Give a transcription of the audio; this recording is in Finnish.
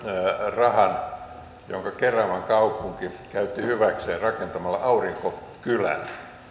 rahan jonka keravan kaupunki käytti hyväkseen rakentamalla aurinkokylän siinä oli